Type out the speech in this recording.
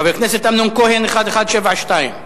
חבר הכנסת אמנון כהן, שאילתא 1172,